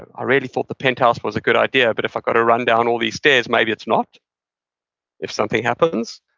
i really thought the penthouse was a good idea, but if i've got to run down all these stairs, maybe it's not if something happens.